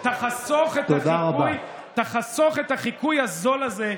תחסוך את החיקוי הזול הזה,